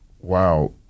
wow